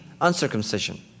uncircumcision